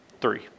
Three